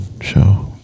show